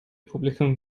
publikum